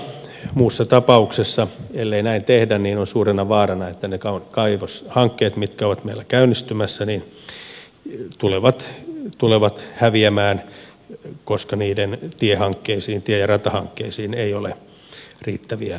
muussa ta pauksessa ellei näin tehdä on suurena vaarana että ne kaivoshankkeet mitkä ovat meillä käynnistymässä tulevat häviämään koska niiden tie ja ratahankkeisiin ei ole riittäviä varoja